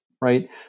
right